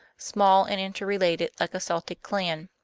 small and interrelated like a celtic clan.